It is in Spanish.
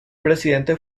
presidente